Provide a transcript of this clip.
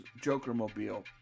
Joker-mobile